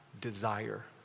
desire